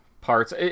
parts